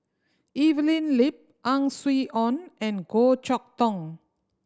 Evelyn Lip Ang Swee Aun and Goh Chok Tong